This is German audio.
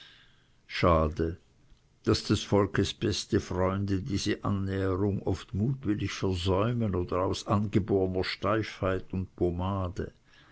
schade daß des volkes beste freunde diese annäherung oft mutwillig versäumen aus angeborner steifheit und pomade